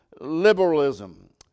liberalism